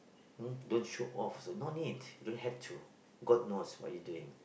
um don't show off Zul don't need you don't have to god knows what you doing